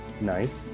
Nice